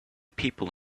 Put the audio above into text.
people